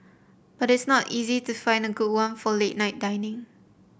but it's not easy to find a good one for late night dining